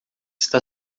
está